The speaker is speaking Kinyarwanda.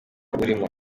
urimo